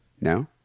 No